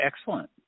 Excellent